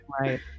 Right